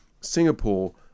Singapore